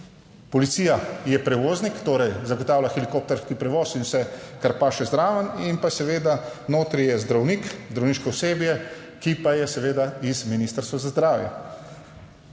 Policija je prevoznik, torej zagotavlja helikopterski prevoz in vse kar paše zraven in pa seveda notri je zdravnik, zdravniško osebje, ki pa je seveda iz Ministrstva za zdravje.